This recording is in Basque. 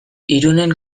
irunen